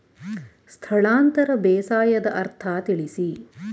ಸ್ಥಳಾಂತರ ಬೇಸಾಯದ ಅರ್ಥ ತಿಳಿಸಿ?